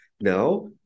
Now